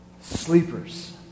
sleepers